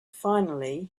finally